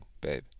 babe